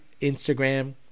Instagram